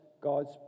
God's